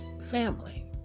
family